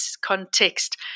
context